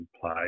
Play